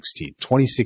2016